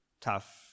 tough